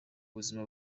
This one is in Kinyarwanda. buzima